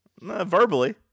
verbally